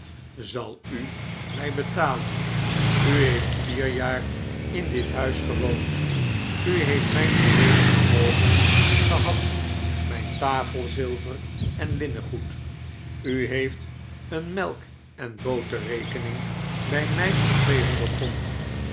zal u mij betalen u heeft vier jaar in dit huis gewoond u heeft mijn geheele vermogen gehad mijn tafelzilver en linnengoed u heeft een melk en boterrekening bij mij van tweehonderd pond